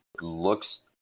looks